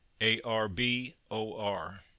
A-R-B-O-R